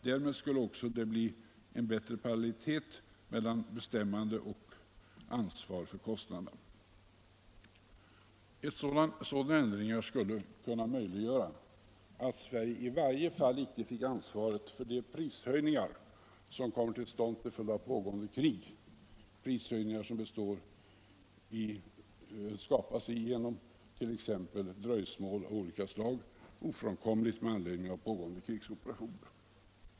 Därmed skulle det bli bättre parallellitet mellan bestämmande och ansvar för kostnaderna. Sådana ändringar skulle möjliggöra att Sverige i varje fall inte fick ta ansvaret för de prishöjningar som kommer till stånd till följd av pågående krig, prishöjningar som skapas genom t.ex. dröjsmål av olika slag, ofrånkomliga med anledning av pågående krigsoperationer.